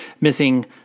missing